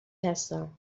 هستم